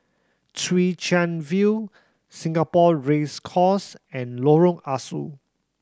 Chwee Chian View Singapore Race Course and Lorong Ah Soo